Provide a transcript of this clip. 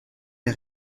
des